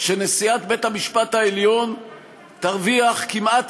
שנשיאת בית-המשפט העליון תרוויח כמעט